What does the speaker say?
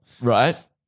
right